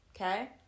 okay